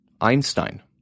Einstein